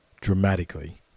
dramatically